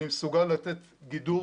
אני מסוגל לתת גידור